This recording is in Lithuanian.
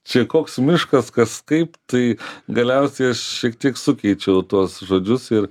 čia koks miškas kas kaip tai galiausiai aš šiek tiek sukeičiau tuos žodžius ir